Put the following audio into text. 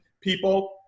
people